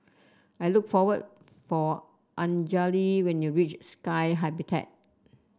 look for for Anjali when you reach Sky Habitat